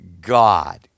God